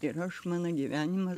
ir aš mano gyvenimas